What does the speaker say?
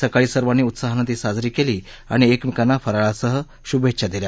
सकाळी सर्वांनी उत्साहानं ती साजरी केली आणि एकमेकांना फराळासह शभेच्छा दिल्या